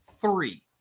three